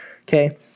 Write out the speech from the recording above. Okay